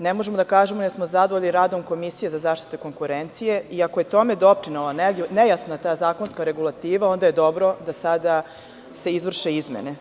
Ne možemo da kažemo jer smo zadovoljni radom Komisije za zaštitu konkurencije i ako je tome doprinela nejasna zakonska regulativa, onda je dobro da sada se izvrše izmene.